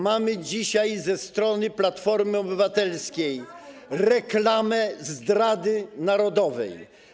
Mamy dzisiaj ze strony Platformy Obywatelskiej reklamę zdrady narodowej.